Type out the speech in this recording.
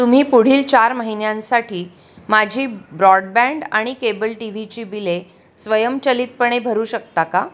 तुम्ही पुढील चार महिन्यांसाठी माझी ब्रॉडबँड आणि केबल टी व्हीची बिले स्वयंचलितपणे भरू शकता का